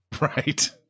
right